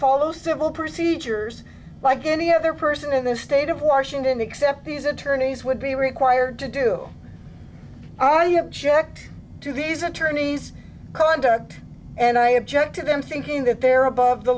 follow civil procedures like any other person in the state of washington except these attorneys would be required to do are you object to these attorneys conduct and i object to them thinking that they're above the